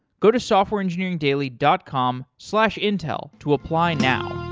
go to softwareengineeringdaily dot com slash intel to apply now.